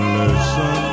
listen